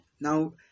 Now